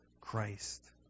Christ